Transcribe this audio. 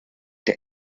der